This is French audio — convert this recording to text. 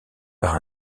par